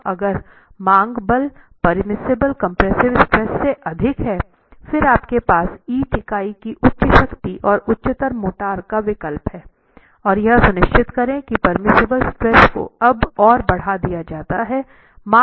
अब अगर मांग बल परमिसिबल कम्प्रेसिव स्ट्रेस से अधिक हैं फिर आपके पास ईंट इकाई की उच्च शक्ति और उच्चतर मोर्टार का विकल्प है और यह सुनिश्चित करें कि परमिसिबल स्ट्रेस को अब और बढ़ा दिया जाता है मांग तनाव कम होता है